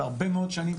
וכבר הרבה מאוד שנים,